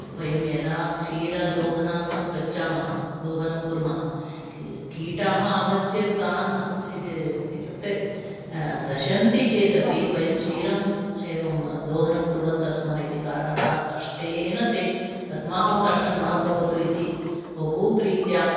वयं यदा क्षीरदोहनार्तं गच्छामः दोहनं कुर्मः कीटाः आगत्य तान् इत्युक्ते दशंति चेदपि वयम् एवं दोहनं कुर्वन्तः स्म इति कारणतः कष्टेन ते अस्माकं कष्टं न भवति इति बहूप्रीत्या